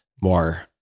more